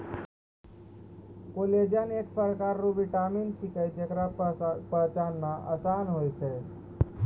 collagen एक परकार केरो विटामिन छिकै, जेकरा पचाना आसान होय छै